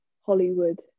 Hollywood